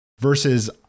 Versus